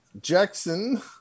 Jackson